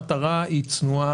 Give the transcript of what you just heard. זה נורא פשוט.